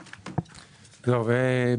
טוב,